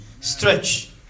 Stretch